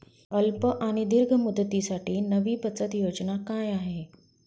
अल्प आणि दीर्घ मुदतीसाठी नवी बचत योजना काय आहे?